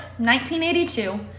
1982